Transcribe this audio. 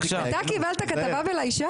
אתה יושב ליד יושב ראש ועדת האתיקה.